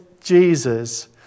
Jesus